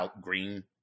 Green